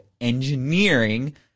engineering